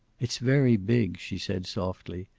it's very big, she said, softly.